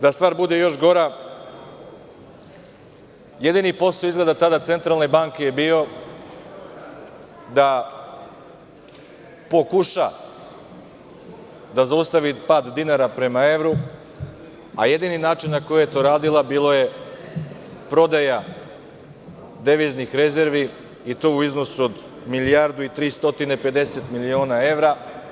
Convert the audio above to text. Da stvar bude još gora, jedini posao Centralne banke tada je bio da pokuša da zaustavi pad dinara prema evru, a jedini način na koji je to radila je bio prodaja deviznih rezervi i to u iznosu od milijardu i 350 miliona evra.